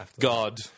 God